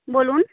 বলুন